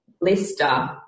blister